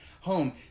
home